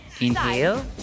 Inhale